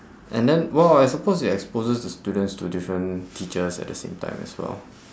and then well I suppose it exposes the students to different teachers at the same time as well